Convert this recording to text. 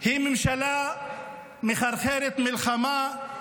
היא ממשלה מחרחרת מלחמה,